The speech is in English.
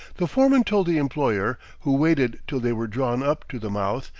the foreman told the employer, who waited till they were drawn up to the mouth,